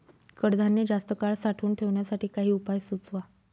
कडधान्य जास्त काळ साठवून ठेवण्यासाठी काही उपाय सुचवा?